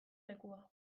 lekua